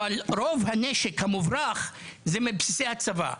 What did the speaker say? אבל רוב הנשק המוברח זה מבסיסי הצבא.